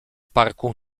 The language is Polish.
parku